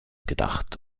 gedacht